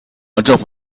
政府